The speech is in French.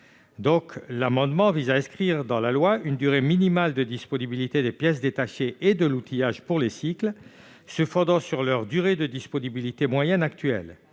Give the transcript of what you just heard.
donc pour objet d'inscrire dans la loi une durée minimale de disponibilité des pièces détachées et de l'outillage pour les cycles, se fondant sur leur durée de disponibilité moyenne actuelle.